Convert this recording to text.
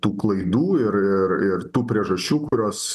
tų klaidų ir ir ir tų priežasčių kurios